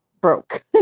broke